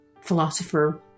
philosopher